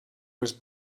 was